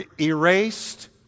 erased